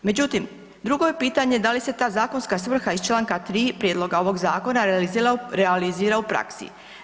Međutim, drugo je pitanje da li se ta zakonska svrha iz članka 3. Prijedloga ovog zakona realizira u praksi.